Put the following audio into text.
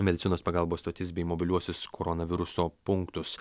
medicinos pagalbos stotis bei mobiliuosius koronaviruso punktus